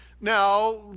Now